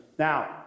Now